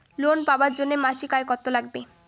Loan পাবার জন্যে মাসিক আয় কতো লাগবে?